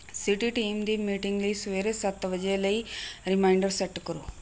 city team ਦੀ meeting ਲਈ ਸਵੇਰੇ ਸੱਤ ਵਜੇ ਲਈ ਰੀਮਾਈਂਡਰ ਸੈੱਟ ਕਰੋ